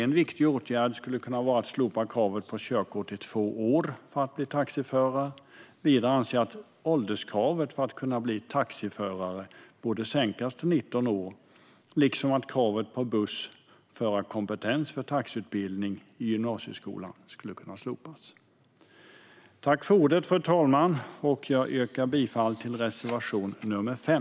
En viktig åtgärd skulle kunna vara att slopa kravet på att man ska ha haft körkort i två år för att bli taxiförare. Vidare anser jag att ålderskravet för att kunna bli taxiförare borde sänkas till 19 år liksom att kravet på bussförarkompetens för taxiutbildning i gymnasieskolan skulle kunna slopas. Fru talman! Jag yrkar bifall till reservation 5.